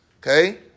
Okay